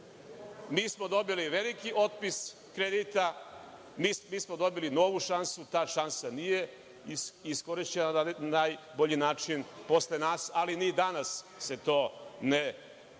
smo dobili veliki otpis kredita, mi smo dobili novu šansu. Ta šansa nije iskorišćena na najbolji način posle nas, ali ni danas se to ne dešava.